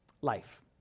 life